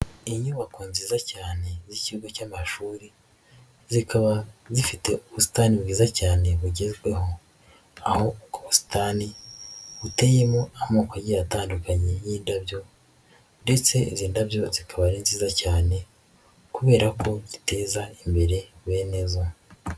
Inyubako nziza cyane z'ikigo cy'amashuri zikaba zifite ubutani bwiza cyane bugezweho aho ubwo busitani buteyemo amoko agiye atandukanye y'indabyo ndetse izi ndabyo zikaba ari nziza cyane kubera ko ziteza imbere bene zo.